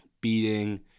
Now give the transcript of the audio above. beating